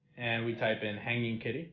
and we type in hanging kitty